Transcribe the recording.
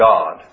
God